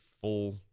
full